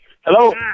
hello